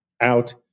out